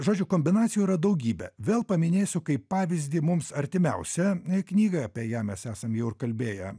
žodžiu kombinacijų yra daugybė vėl paminėsiu kaip pavyzdį mums artimiausią knygą apie ją mes esam jau ir kalbėję